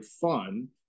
fun